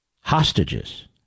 hostages